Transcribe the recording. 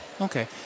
Okay